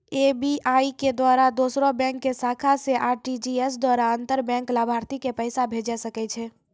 SBI के द्वारा दोसरो बैंको के शाखा से आर.टी.जी.एस द्वारा अंतर बैंक लाभार्थी के पैसा भेजै सकै छै